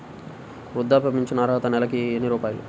వృద్ధాప్య ఫింఛను అర్హత నెలకి ఎన్ని రూపాయలు?